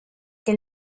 que